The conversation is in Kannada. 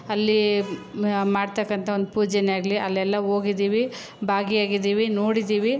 ಅಲ್ಲಿ ಮಾಡತಕ್ಕಂಥ ಒಂದು ಪೂಜೆಯೇ ಆಗಲಿ ಅಲ್ಲೆಲ್ಲ ಹೋಗಿದ್ದೀವಿ ಭಾಗಿ ಆಗಿದ್ದೀವಿ ನೋಡಿದ್ದೀವಿ